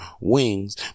wings